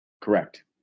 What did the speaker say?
Correct